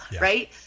right